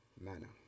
manner